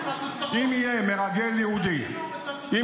אם יהיה מרגל יהודי ------ חבר הכנסת עטאונה.